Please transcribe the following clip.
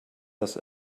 das